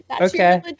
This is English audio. okay